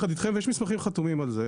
ויש מסמכים חתומים על זה.